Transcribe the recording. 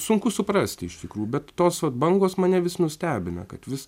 sunku suprasti iš tikrų bet tos vat bangos mane vis nustebina kad vis